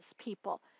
people